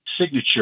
signature